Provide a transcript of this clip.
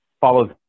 follows